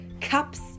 cups